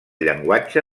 llenguatge